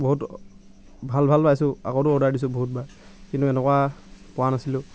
বহুত ভাল ভাল পাইছোঁ আগতেও অৰ্ডাৰ দিছোঁ বহুতবাৰ কিন্তু এনেকুৱা পোৱা নাছিলোঁ